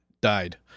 died